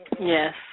Yes